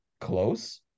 close